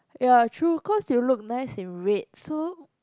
ya true cause you look nice in red so